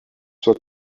soit